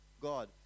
God